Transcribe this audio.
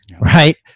Right